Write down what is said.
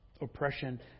oppression